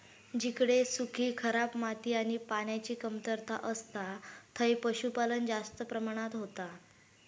जिकडे सुखी, खराब माती आणि पान्याची कमतरता असता थंय पशुपालन जास्त प्रमाणात होता